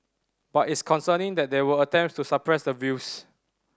but it's concerning that there were attempts to suppress the views